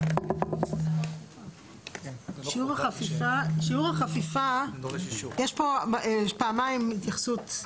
שיעור החפיפה, יש פה פעמיים התייחסות.